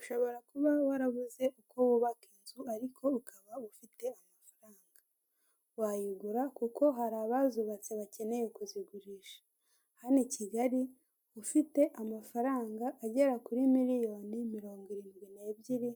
Ushobora kuba warabuze uko wubaka inzu ariko ukaba ufite amafaranga, wayigura kuko hari abazubatse bakeneye kuzigurisha hano i Kigali ufite amafaranga agera kuri miliyoni milongo irindwi n' ebyiri